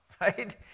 right